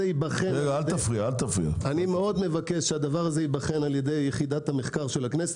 ייבחן על ידי יחידת המחקר של הכנסת.